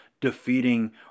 defeating